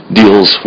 deals